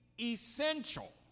essential